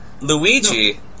Luigi